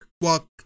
Walk